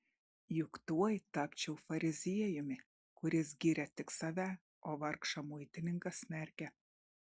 juk tuoj tapčiau fariziejumi kuris giria tik save o vargšą muitininką smerkia